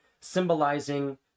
symbolizing